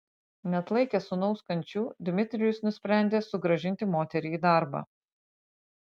neatlaikęs sūnaus kančių dmitrijus nusprendė sugrąžinti moterį į darbą